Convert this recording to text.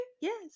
Yes